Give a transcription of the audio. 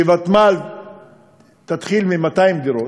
שוותמ"ל תתחיל מ-200 דירות,